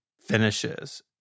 finishes